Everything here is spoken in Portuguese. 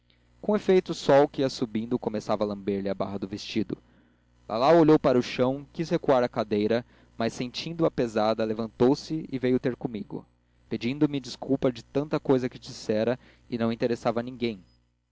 com efeito o sol que ia subindo começava a lamber-lhe a barra do vestido lalau olhou para o chão quis recuar a cadeira mas sentindo a pesada levantou-se e veio ter comigo pedindo-me desculpa de tanta cousa que dissera e não interessava a ninguém